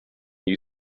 you